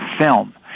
film